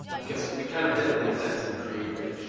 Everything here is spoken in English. because we kind of did in a sense, create him.